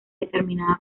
determinada